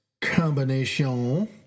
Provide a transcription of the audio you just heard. combination